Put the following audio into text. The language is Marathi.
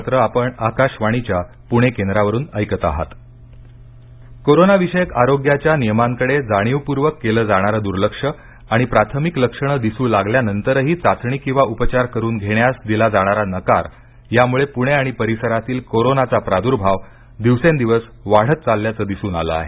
पूणे कोरोना कोरोनाविषयक आरोग्याच्या नियमांकडे जाणीवपर्वक केलं जाणारं दुर्लक्ष आणि प्राथमिक लक्षण दिसू लागल्या नंतरही चाचणी किंवा उपचार करून घेण्यास दिला जाणारा नकार यामुळे पूणे आणि परिसरातील कोरोनाचा प्राद्भाव दिवसेंदिवस वाढत चालल्याचं दिसून आलं आहे